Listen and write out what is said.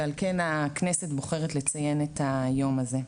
ועל כן הכנסת בוחרת לציין את היום הזה.